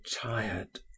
tired